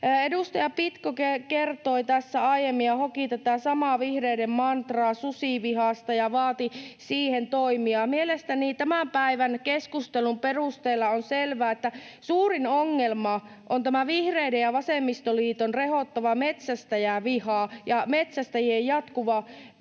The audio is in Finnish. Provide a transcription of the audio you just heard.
Edustaja Pitko kertoi tässä aiemmin ja hoki tätä samaa vihreiden mantraa susivihasta ja vaati siihen toimia. Mielestäni tämän päivän keskustelun perusteella on selvää, että suurin ongelma on tämä vihreiden ja vasemmistoliiton rehottava metsästäjäviha ja metsästäjien jatkuva